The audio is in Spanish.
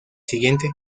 siguiente